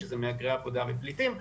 שזה מהגרי עבודה ופליטים.